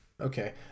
Okay